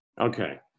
Okay